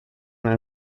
nel